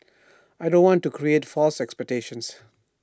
I don't want to create false expectations